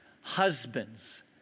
Husbands